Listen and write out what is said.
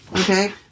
Okay